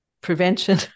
prevention